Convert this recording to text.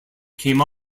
came